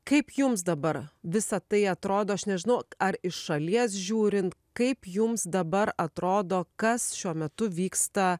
kaip jums dabar visa tai atrodo aš nežinau ar iš šalies žiūrint kaip jums dabar atrodo kas šiuo metu vyksta